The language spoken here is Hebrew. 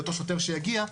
אותו שוטר שיגיע,